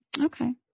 Okay